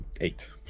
eight